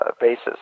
basis